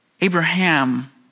Abraham